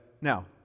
now